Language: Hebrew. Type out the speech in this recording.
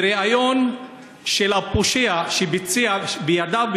בריאיון עם הפושע שביצע בידיו,